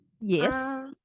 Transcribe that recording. yes